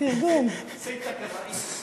סידת א-ראיס.